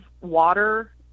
water